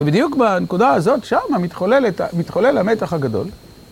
בדיוק בנקודה הזאת, שם מתחולל המתח הגדול.